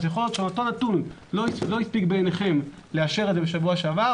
אז יכול להיות שאותו נתון לא הספיק בעיניכם לאשר את זה בשבוע שעבר,